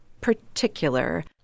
particular